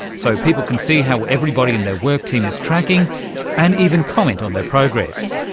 so people can see how everybody in their work team is tracking and even comment on their progress.